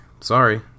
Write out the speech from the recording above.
sorry